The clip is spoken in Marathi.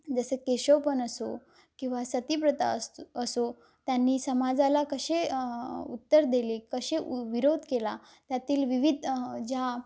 जसं केशवपन असो किंवा सतीप्रथा अस असो त्यांनी समाजाला कसे उत्तर दिले कसे उ विरोध केला त्यातील विविध ज्या